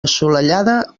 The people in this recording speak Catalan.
assolellada